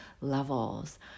levels